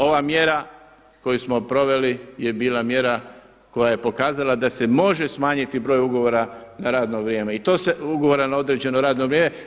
Ova mjera koju smo proveli je bila mjera, koja je pokazala da se može smanjiti broj ugovora na radno vrijeme, ugovora na određeno radno vrijeme.